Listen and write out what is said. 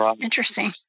interesting